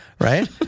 right